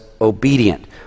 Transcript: obedient